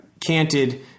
canted